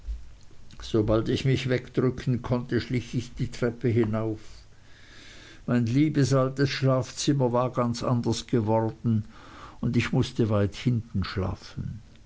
sobald ich mich wegdrücken konnte schlich ich die treppe hinauf mein liebes altes schlafzimmer war ganz anders geworden und ich mußte weit hinten schlafen